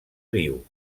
viu